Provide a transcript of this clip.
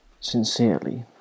sincerely